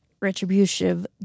retributive